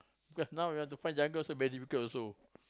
cause now we want to find jungle also very difficult also